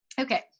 Okay